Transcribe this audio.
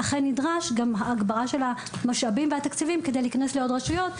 אכן נדרשת הגברת המשאבים והתקציבים כדי להיכנס לעוד רשויות.